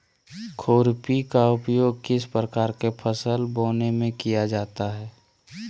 खुरपी का उपयोग किस प्रकार के फसल बोने में किया जाता है?